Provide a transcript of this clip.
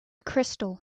crystal